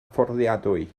fforddiadwy